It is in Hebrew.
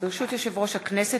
ברשות יושב-ראש הכנסת,